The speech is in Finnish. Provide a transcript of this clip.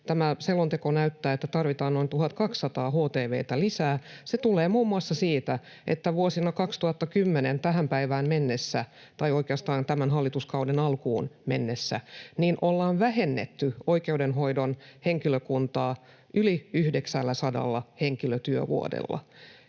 tämä selonteko näyttää, että tarvitaan noin 1 200 htv:tä lisää. Se tulee muun muassa siitä, että vuodesta 2010 tähän päivään mennessä tai oikeastaan tämän hallituskauden alkuun mennessä ollaan vähennetty oikeudenhoidon henkilökuntaa yli 900 henkilötyövuodella,